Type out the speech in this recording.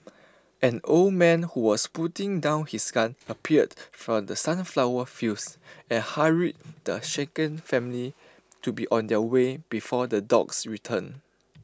an old man who was putting down his gun appeared from the sunflower fields and hurried the shaken family to be on their way before the dogs return